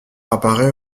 apparaît